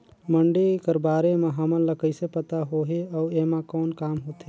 मंडी कर बारे म हमन ला कइसे पता होही अउ एमा कौन काम होथे?